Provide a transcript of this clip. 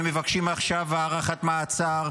והם מבקשים עכשיו הארכת מעצר,